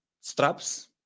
straps